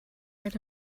read